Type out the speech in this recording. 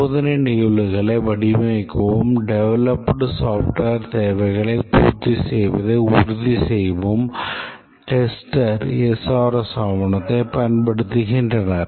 சோதனை நிகழ்வுகளை வடிவமைக்கவும் டெவெலப்டு software தேவைகளைப் பூர்த்தி செய்வதை உறுதிசெய்யவும் டெஸ்டர் SRS ஆவணத்தைப் பயன்படுத்துகின்றனர்